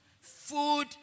food